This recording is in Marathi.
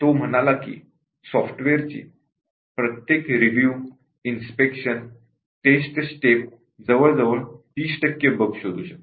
तो म्हणाला की सॉफ्टवेअरची प्रत्येक रिव्यू इन्स्पेक्शन टेस्ट स्टेप जवळजवळ 30 टक्के बग शोधू शकते